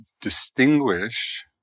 distinguish